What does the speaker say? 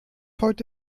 heute